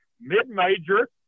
mid-major